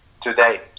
today